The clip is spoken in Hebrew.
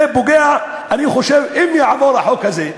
זה פוגע, אני חושב שאם יעבור החוק הזה,